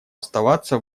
оставаться